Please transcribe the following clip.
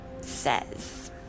says